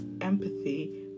empathy